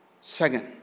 Second